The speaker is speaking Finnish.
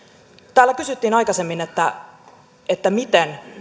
täällä kysyttiin aikaisemmin miten